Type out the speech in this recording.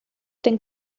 denn